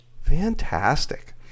Fantastic